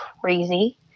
crazy